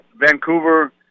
Vancouver